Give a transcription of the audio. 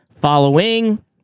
following